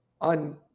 on